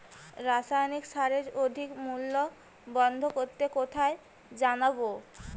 রাসায়নিক সারের অধিক মূল্য বন্ধ করতে কোথায় জানাবো?